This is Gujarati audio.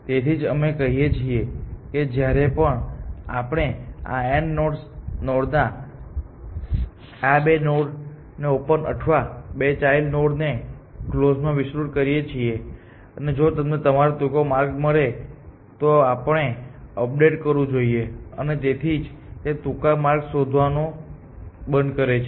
તેથી જ અમે કહીએ છીએ કે જ્યારે પણ આપણે આ n નોડના આ બે નોડ ને ઓપન અથવા બે ચાઈલ્ડ નોડ્સ ને કલોઝ માં વિસ્તૃત કરીએ છીએ અને જો તમને તમારો ટૂંકો માર્ગ મળે તો આપણે અપડેટ કરવું જોઈએ અને તેથી જ તે ટૂંકા માર્ગો શોધવાનું બંધ કરે છે